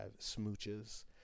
smooches